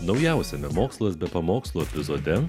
naujausiame mokslas be pamokslų epizode